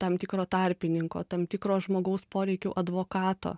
tam tikro tarpininko tam tikro žmogaus poreikių advokato